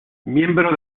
miembro